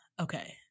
okay